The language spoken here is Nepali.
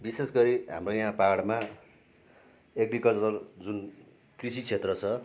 विशेष गरी हाम्रो यहाँ पाहाडमा एग्रिकल्चर जुन कृषि क्षेत्र छ